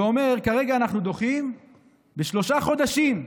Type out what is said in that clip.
ואומר: כרגע אנחנו דוחים בשלושה חודשים.